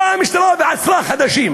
באה המשטרה ועצרה חדשים.